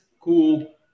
cool